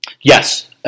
Yes